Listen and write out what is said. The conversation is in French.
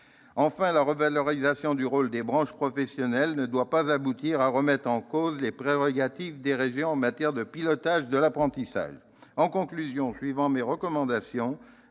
Enfin, la revalorisation du rôle des branches professionnelles ne doit pas aboutir à remettre en cause les prérogatives des régions en matière de pilotage de l'apprentissage. En conclusion, suivant mes recommandations,